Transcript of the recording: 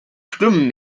stimmen